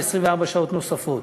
ב-24 שעות נוספות.